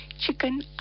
Chicken